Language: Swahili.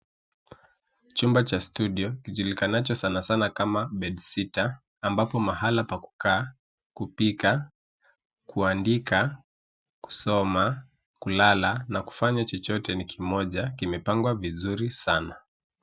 Chumba cha studio kijulikanacho sana sana kama bedsitter amabapo mahali pa kukaa, kupika, kuandika ,kusoma, kulala na kufanya chochote ni kimoja. Kimepangwa vizuri sana.